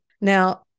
Now